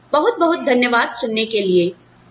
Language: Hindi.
तो बहुत बहुत धन्यवाद सुनने के लिए